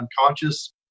unconscious